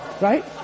Right